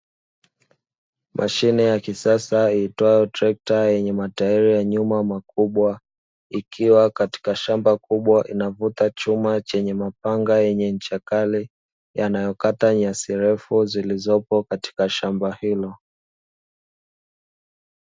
Mashine ya kisasa iitwayo trekta yenye matairi ya nyuma makubwa, ikiwa katika shamba kubwa inavuta chuma chenye mapanga yenye ncha kali yanayokata nyasi refu zilizopo katika shamba hilo.